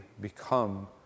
become